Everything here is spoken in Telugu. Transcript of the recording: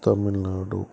తమిళనాడు